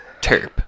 terp